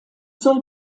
soll